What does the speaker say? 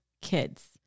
kids